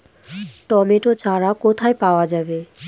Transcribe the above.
Tomato চারা কোথায় পাওয়া যাবে?